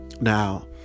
Now